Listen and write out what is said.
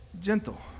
gentle